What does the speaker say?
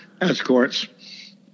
escorts